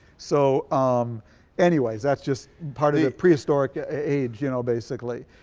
so um anyway that's just part of the prehistoric yeah age, you know, basically.